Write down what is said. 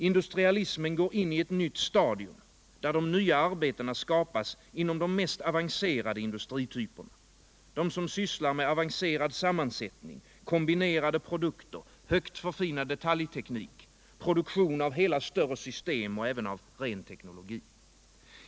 Industrialismen går in i ett nytt stadium, där de nya arbetena skapas inom de mest avancerade industrityperna — de som sysslar med avancerad sammansättning, kombinerade produkter, högt förfinad detaljteknik, produktion av hela större system och även av ren teknologi.